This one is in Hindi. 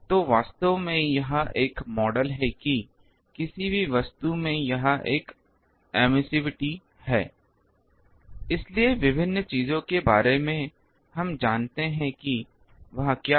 तो वास्तव में यह एक मॉडल है कि किसी भी वस्तु में यह एक एमिसिविटी है इसलिए विभिन्न चीजों के बारे में जो हम जानते हैं वह क्या है